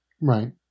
Right